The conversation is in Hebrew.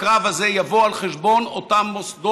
בשום פנים ואופן אסור שהקרב הזה יבוא על חשבון אותם מוסדות,